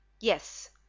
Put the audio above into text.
Yes